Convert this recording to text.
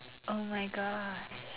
oh my gosh